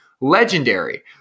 legendary